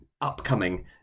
upcoming